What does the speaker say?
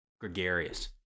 gregarious